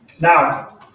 Now